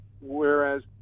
whereas